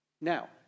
Now